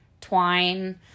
twine